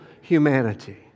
humanity